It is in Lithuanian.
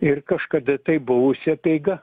ir kažkada tai buvusi apeiga